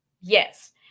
Yes